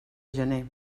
gener